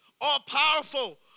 all-powerful